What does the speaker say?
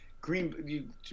Green